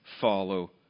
follow